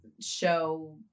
show